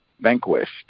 vanquished